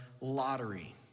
lottery